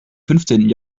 fünfzehnten